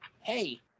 hey